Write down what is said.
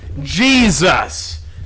Jesus